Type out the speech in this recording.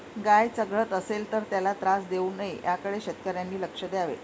गाय चघळत असेल तर त्याला त्रास देऊ नये याकडे शेतकऱ्यांनी लक्ष द्यावे